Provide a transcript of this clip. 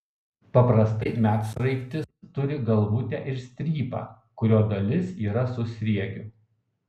paprastai medsraigtis turi galvutę ir strypą kurio dalis yra su sriegiu